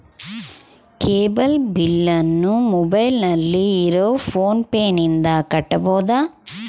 Cable ಬಿಲ್ಲನ್ನು ಮೊಬೈಲಿನಲ್ಲಿ ಇರುವ ಫೋನ್ ಪೇನಿಂದ ಕಟ್ಟಬಹುದಾ?